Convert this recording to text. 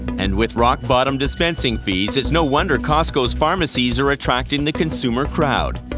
and with rock-bottom dispensing fees, it's no wonder costco's pharmacies are attracting the consumer crowd.